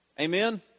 Amen